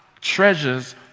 treasures